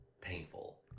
painful